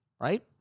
Right